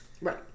Right